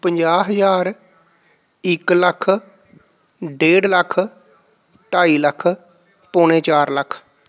ਪੰਜਾਹ ਹਜ਼ਾਰ ਇੱਕ ਲੱਖ ਡੇਢ ਲੱਖ ਢਾਈ ਲੱਖ ਪੌਣੇ ਚਾਰ ਲੱਖ